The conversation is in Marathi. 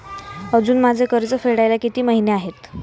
अजुन माझे कर्ज फेडायला किती महिने आहेत?